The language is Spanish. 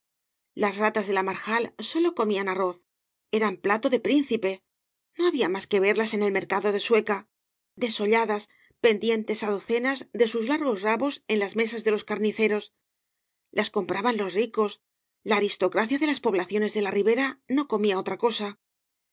las ratas de la marjal sólo comían arroz eran plato de prín cipe no había mas que verlas en el mercado de sueca desolladas pendientes á docenas de sus largos rabos en las mesas de los carniceros las compraban los ricos la aristocracia de las pobla clones de la ribera no comía otra cosa